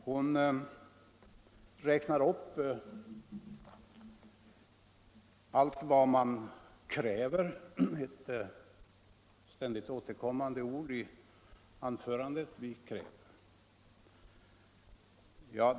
Hon räknar upp allt vad man kräver — ständigt återkommande ord i hennes anförande var ”vi kräver”.